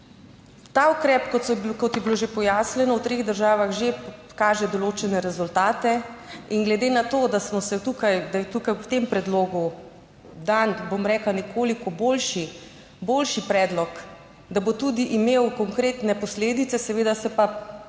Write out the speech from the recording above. Ta ukrep, kot so, kot je bilo že pojasnjeno, v treh državah že kaže določene rezultate in glede na to, da smo se tukaj, da je tukaj v tem predlogu dan, bom rekla, nekoliko boljši, boljši predlog, da bo tudi imel konkretne posledice, seveda se pa konkretne,